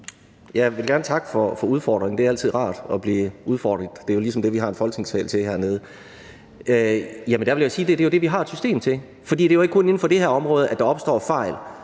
Jeg vil gerne takke for udfordringen. Det er altid rart at blive udfordret, det er jo ligesom det, vi har en Folketingssal til. Jeg vil sige, at det jo er det, vi har et system til, for det er jo ikke kun inden for det her område, at der opstår fejl,